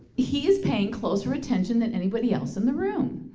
he is paying closer attention than anybody else in the room.